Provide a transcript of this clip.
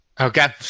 okay